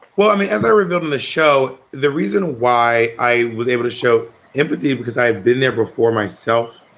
well, i mean, as i revealed in the show, the reason why i was able to show empathy because i had been there for for myself,